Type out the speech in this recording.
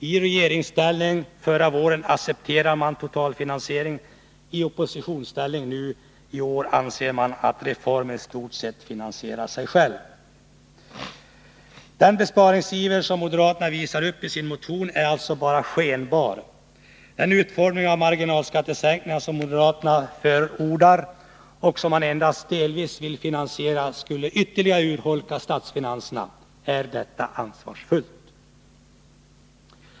I regeringsställning förra våren accepterade man totalfinansiering. I oppositionsställning i år anser man att reformen i stort sett finansierar sig själv. Den besparingsiver som moderaterna visar upp i sin motion är alltså bara skenbar. Den utformning av marginalskattesänkningarna som moderaterna förordar och som man endast delvis vill finansiera skulle ytterligare urholka statsfinanserna. Är detta ansvarsfullt?